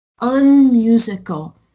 unmusical